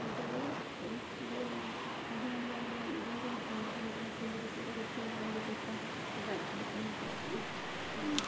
ಅದು ಒಳ್ಳೇದಿತ್ತು ಅಂದರೆ ಅದು ನಮಗೆ ಅಲ್ಲಿ ಎಲ್ಲಿ ಬೇರೆ ಹೋಟೆಲಿಂದ ತಿಂದು ಮತ್ತೆ ಇಲ್ಲಿದ್ದು ಸ್ವಲ್ಪ ರುಚಿಯೆಲ್ಲ ನಮಗೆ ಸ್ವಲ್ಪ ಇದಾಯಿತು ಡಿಫರೆನ್ಸ್ ಆಯಿತು